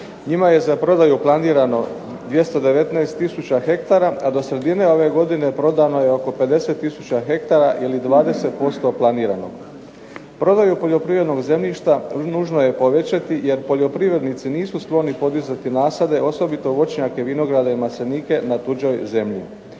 Njima je za prodaju planirano 219 tisuća hektara, a do sredine ove godine prodano je oko 50 tisuća hektara ili 20% planiranog. Prodaju poljoprivrednog zemljišta nužno je povećati jer poljoprivrednici nisu skloni podizati nasade, osobito voćnjake, vinograde maslinike na tuđoj zemlji.